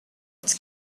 its